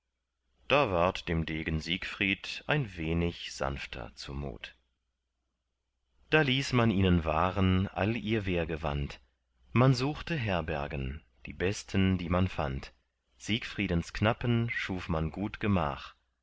da ward dem degen siegfried ein wenig sanfter zumut da ließ man ihnen wahren all ihr wehrgewand man suchte herbergen die besten die man fand siegfriedens knappen schuf man gut gemach